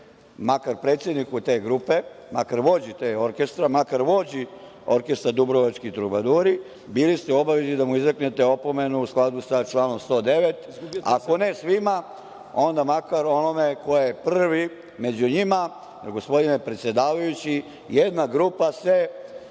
makar predsedniku te grupe, makar vođi tog orkestra, makar vođi orkestra „Dubrovački trubaduri“, bili ste u obavezi da im izreknete opomenu u skladu sa članom 109. A, ako ne svima onda makar onome ko je prvi među njima, jer gospodine predsedavajući, jedna grupa se